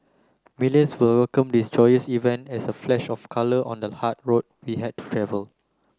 millions will welcome this joyous event as a flash of colour on the hard road we have to travel